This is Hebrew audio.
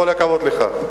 כל הכבוד לך.